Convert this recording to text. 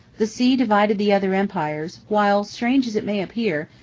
the sea divided the other empires, while, strange as it may appear,